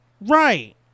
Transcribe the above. Right